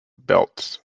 belts